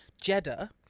Jeddah